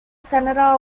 senator